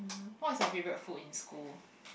what's your favorite food in school